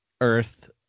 Earth